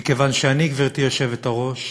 מכיוון שאני, גברתי היושבת-ראש,